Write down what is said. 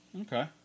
Okay